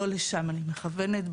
לא לשם אני מכוונת.